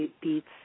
beats